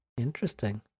interesting